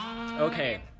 Okay